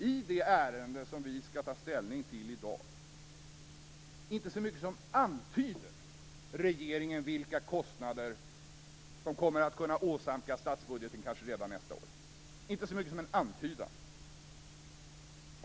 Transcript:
I det ärende som vi skall ta ställning till i dag inte så mycket som antyder regeringen vilka kostnader som kommer att åsamkas statsbudgeten kanske redan nästa år. Det finns inte så mycket som en antydan.